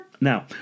Now